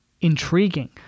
intriguing